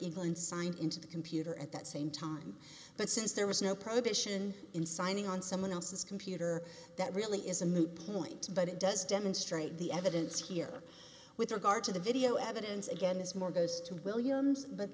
england signed into the computer at that same time but since there was no prohibition in signing on someone else's computer that really is a moot point but it does demonstrate the evidence here with regard to the video evidence again is more goes to williams but